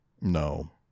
No